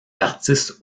artistes